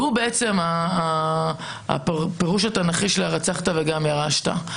הוא הפירוש התנ"כי של "הרצחת וגם ירשת".